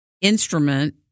instrument